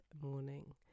morning